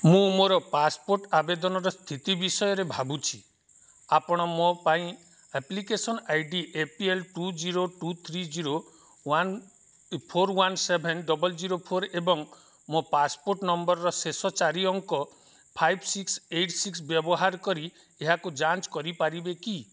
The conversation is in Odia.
ମୁଁ ମୋର ପାସପୋର୍ଟ ଆବେଦନର ସ୍ଥିତି ବିଷୟରେ ଭାବୁଛି ଆପଣ ମୋ ପାଇଁ application I D A P L two zero two three zero one A four one seven double zero four ଏବଂ ମୋ ପାସପୋର୍ଟ ନମ୍ବରର ଶେଷ ଚାରି ଅଙ୍କ ଫାଇପ୍ ସିକ୍ସ ଏଇଟ୍ ସିକ୍ସ ବ୍ୟବହାର କରି ଏହାକୁ ଯାଞ୍ଚ କରିପାରିବେ କି